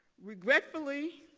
regretfully,